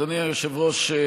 אדוני היושב-ראש,